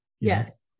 Yes